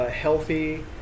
healthy